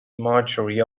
marjorie